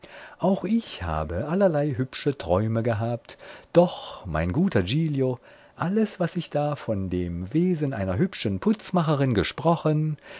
auch ich habe allerlei hübsche träume gehabt doch mein guter giglio alles was ich da von dem wesen einer hübschen putzmacherin gesprochen